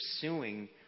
pursuing